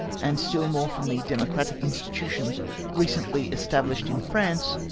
and still more from the democratic institutions recently estabhshed in france,